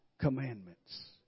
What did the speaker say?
commandments